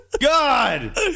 God